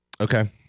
Okay